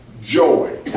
joy